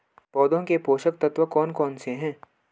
पौधों के पोषक तत्व कौन कौन से हैं?